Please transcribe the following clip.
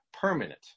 permanent